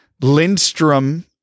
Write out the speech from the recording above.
Lindstrom